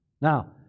Now